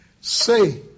say